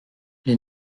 les